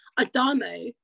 Adamo